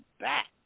back